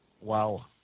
Wow